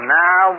now